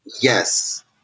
Yes